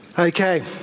Okay